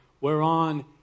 whereon